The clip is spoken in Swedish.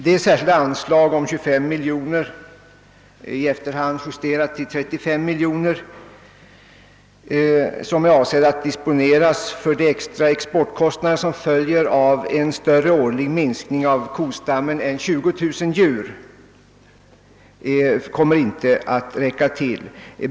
Det särskilda anslag på 25 miljoner kronor — i efterhand justerat till 35 miljoner kronor — som är avsett att disponeras för de extra exportkostnader som följer av en större årlig minskning av kostammen än 20 000 djur, kommer inte att räcka till.